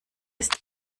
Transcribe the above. ist